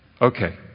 Okay